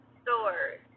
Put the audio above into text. stores